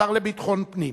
לשר לביטחון פנים,